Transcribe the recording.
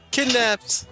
Kidnapped